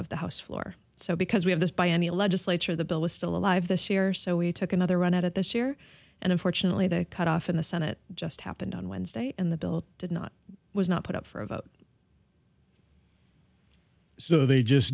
of the house floor so because we have this by any legislature the bill is still alive this year so we took another run at it this year and unfortunately the cut off in the senate just happened on wednesday and the bill did not was not put up for a vote so they just